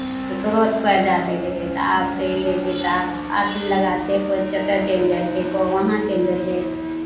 तऽ तुरत पाइ दए दैत रहै तऽ आब तऽ ई होइ छै तऽ आब आठ दिन लगा दै छै कोइ कतहु चलि जाइ छै कोइ वहाँ चलि जाइ छै